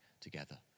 together